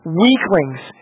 weaklings